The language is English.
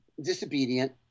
disobedient